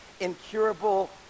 incurable